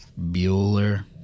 Bueller